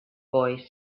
boy